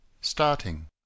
Starting